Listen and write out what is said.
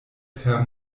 per